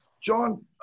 John